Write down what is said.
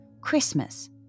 Christmas